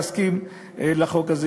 להסכים לחוק הזה,